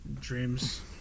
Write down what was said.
dreams